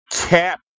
cap